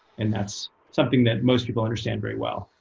and that's something that most people understand very well.